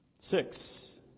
Six